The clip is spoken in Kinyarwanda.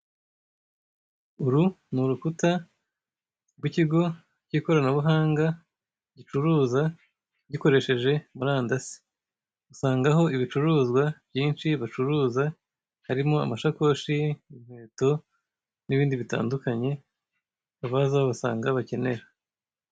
Uru ni urukuta rw'ikigo k'ikoranabuhanga gicuruza gikoresheje murandasi, usangaho ibicuruzwa byinshi bacuruza harimo amashakoshi, inkweto n'ibindi bitandukanye abaza babasanga bakenera.